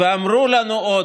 ואמרו לנו עוד,